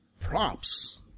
props